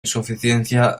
insuficiencia